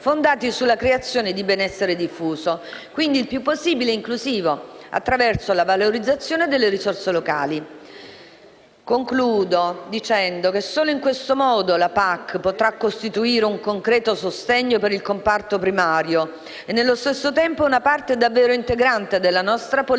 fondati sulla creazione di benessere diffuso (quindi il più possibile inclusivo), attraverso la valorizzazione delle risorse locali. Concludendo, solo in questo modo la PAC potrà costituire un concreto sostegno per il comparto primario e, nello stesso tempo, una parte davvero integrante della nostra politica